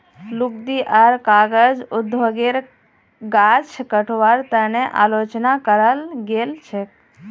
लुगदी आर कागज उद्योगेर गाछ कटवार तने आलोचना कराल गेल छेक